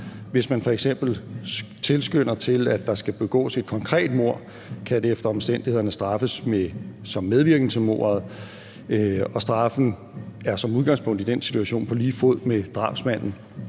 Hvis man f.eks. tilskynder til, at der skal begås et konkret mord, kan man efter omstændighederne straffes for medvirken til mordet, og straffen svarer som udgangspunkt i den situation til drabsmandens